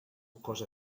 cos